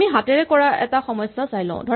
আমি হাতেৰে কৰা এটা সমস্যা চাই লওঁ